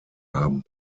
haben